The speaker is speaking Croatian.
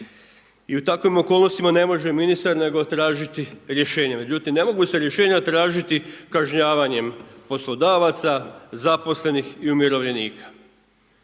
I u takvim okolnostima ne može ministar nego tražiti rješenje. Međutim, ne mogu se rješenja tražiti kažnjavanjem poslodavaca, zaposlenih i umirovljenika.